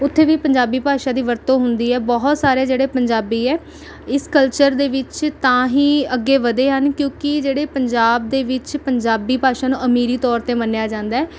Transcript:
ਉੱਥੇ ਵੀ ਪੰਜਾਬੀ ਭਾਸ਼ਾ ਦੀ ਵਰਤੋਂ ਹੁੰਦੀ ਹੈ ਬਹੁਤ ਸਾਰੇ ਜਿਹੜੇ ਪੰਜਾਬੀ ਹੈ ਇਸ ਕਲਚਰ ਦੇ ਵਿੱਚ ਤਾਂ ਹੀ ਅੱਗੇ ਵਧੇ ਹਨ ਕਿਉਂਕਿ ਜਿਹੜੇ ਪੰਜਾਬ ਦੇ ਵਿੱਚ ਪੰਜਾਬੀ ਭਾਸ਼ਾ ਨੂੰ ਅਮੀਰੀ ਤੌਰ 'ਤੇ ਮੰਨਿਆ ਜਾਂਦਾ